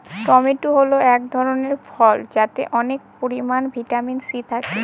tomato হল এক ধরনের ফল যাতে অনেক পরিমান ভিটামিন সি থাকে